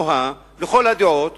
תמוהה לכל הדעות,